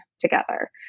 together